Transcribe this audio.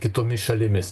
kitomis šalimis